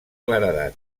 claredat